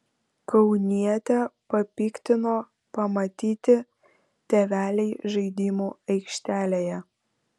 kaunietę papiktino pamatyti tėveliai žaidimų aikštelėje